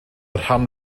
rhan